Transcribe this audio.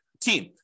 Team